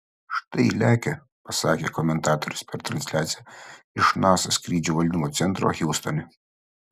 štai lekia pasakė komentatorius per transliaciją iš nasa skrydžių valdymo centro hjustone